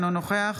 אינו נוכח